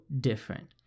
different